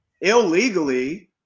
illegally